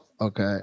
okay